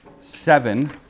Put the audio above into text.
seven